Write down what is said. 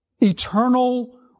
eternal